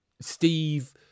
Steve